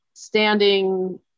Standing